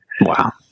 Wow